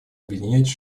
объединять